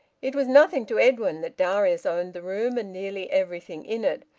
it was nothing to edwin that darius owned the room and nearly everything in it.